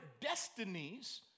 destinies